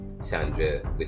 Sandra